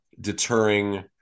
deterring